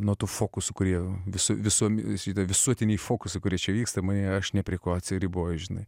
nuo tų fokusų kurie visu visuom yra visuotiniai fokusai čia vyksta aš ne prie ko atsiriboju žinai